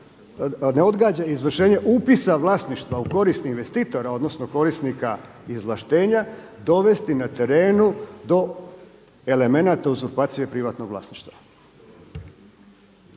ne odgađa izvršenje upisa vlasništva u korist investitora, odnosno korisnika izvlaštenja dovesti na terenu do elemenata uzurpacije privatnog vlasništva.